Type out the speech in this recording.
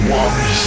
one